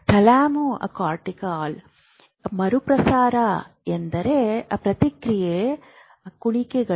ಥಾಲಮೊರ್ಟಿಕಲ್ ಮರುಪ್ರಸಾರ ಎಂದರೆ ಪ್ರತಿಕ್ರಿಯೆ ಕುಣಿಕೆಗಳು